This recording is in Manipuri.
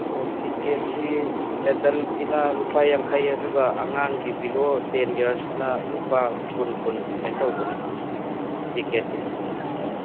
ꯑꯣ ꯇꯤꯛꯀꯦꯠꯁꯤ ꯑꯦꯗꯜꯀꯤꯅ ꯂꯨꯄꯥ ꯌꯥꯡꯈꯩ ꯑꯗꯨꯒ ꯑꯉꯥꯡꯒꯤ ꯕꯤꯂꯣ ꯇꯦꯟ ꯏꯌꯥꯔꯁꯀꯤꯅ ꯂꯨꯄꯥ ꯀꯨꯟ ꯀꯨꯟ ꯁꯨꯃꯥꯏꯅ ꯇꯧꯕꯅꯦ ꯇꯤꯛꯀꯦꯠꯀꯤꯁꯦ